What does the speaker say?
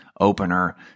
Opener